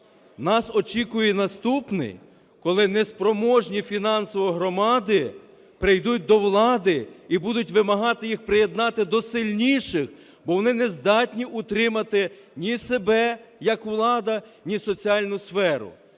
нас очікує наступний, коли неспроможні фінансово громади прийдуть до влади і будуть вимагати їх приєднати до сильніших, бо вони не здатні утримати ні себе як влада, ні соціальну сферу.